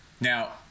now